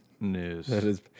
news